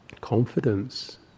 confidence